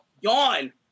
yawn